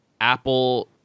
Apple